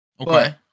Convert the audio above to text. Okay